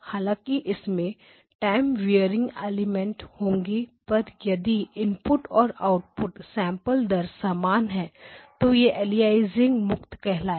हालांकि इसमें time varying element होगा पर यदि इनपुट और आउटपुट सैंपल दर समान है तो यह अलियासिंग मुक्त कहलाएगा